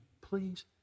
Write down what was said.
please